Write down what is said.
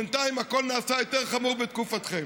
בינתיים הכול נעשה יותר חמור בתקופתכם,